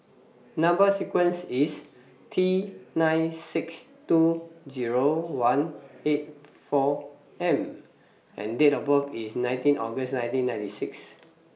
Number sequence IS T nine six two Zero one eight four M and Date of birth IS nineteen August nineteen ninety six